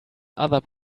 other